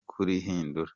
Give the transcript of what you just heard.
kurihindura